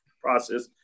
process